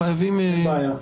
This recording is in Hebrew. אין בעיה.